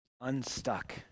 unstuck